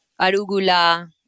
arugula